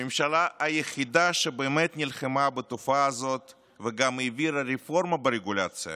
הממשלה היחידה שבאמת נלחמה בתופעה הזאת וגם העבירה רפורמה ברגולציה